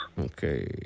Okay